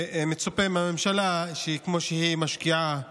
ומצופה מהממשלה שכמו שהיא משקיעה